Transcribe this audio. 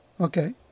Okay